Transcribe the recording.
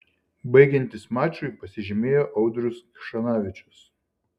baigiantis mačui pasižymėjo audrius kšanavičius